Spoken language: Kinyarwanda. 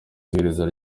iherezo